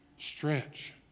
Stretch